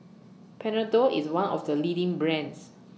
Panadol IS one of The leading brands